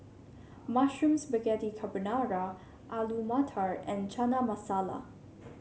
Mushroom Spaghetti Carbonara Alu Matar and Chana Masala